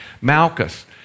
Malchus